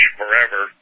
forever